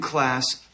class